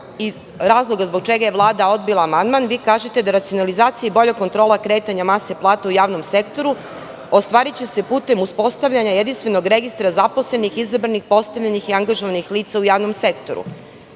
i razloga zbog čega je Vlada odbila amandman, kažete da je racionalizacija i bolja kontrola kretanja mase plata u javnom sektoru ostvariva putem formiranja registra zaposlenih izabranih, postavljenih i angažovanih lica u javnom sektoru.